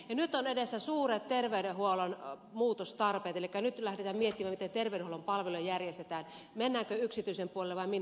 nyt on edessä suuret terveydenhuollon muutostarpeet elikkä nyt lähdetään miettimään miten terveydenhuollon palveluja järjestetään mennäänkö yksityisen puolelle vai minne